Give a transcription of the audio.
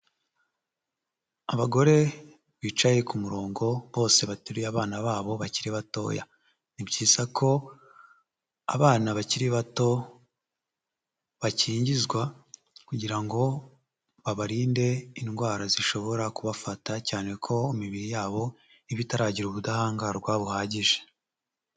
Abagore bicaye ku murongo, bose batururiye abana babo, bakiri batoya. Ni byiza ko, abana bakiri bato bakingizwa, kugira ngo babarinde indwara zishobora kubafata, cyane ko imibiri yabo, iba itaragira ubudahangarwa, buhagije.